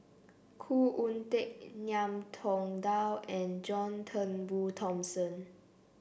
Khoo Oon Teik Ngiam Tong Dow and John Turnbull Thomson